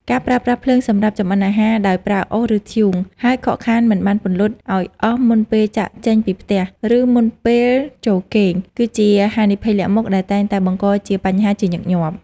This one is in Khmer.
ការប្រើប្រាស់ភ្លើងសម្រាប់ចម្អិនអាហារដោយប្រើអុស ឬធ្យូង ហើយខកខានមិនបានពន្លត់ឱ្យអស់មុនពេលចាកចេញពីផ្ទះ ឬមុនពេលចូលគេង គឺជាហានិភ័យលាក់មុខដែលតែងតែបង្កជាបញ្ហាជាញឹកញាប់។